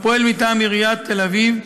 הפועל מטעם עיריית תל-אביב,